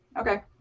okay